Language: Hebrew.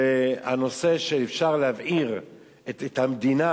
ושאפשר להבעיר את המדינה.